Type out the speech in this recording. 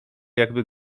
jakby